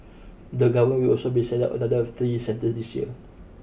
the government will also be set up another three centres this year